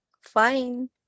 fine